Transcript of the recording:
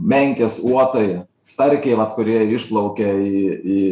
menkės uotai starkiai vat kurie išplaukia į į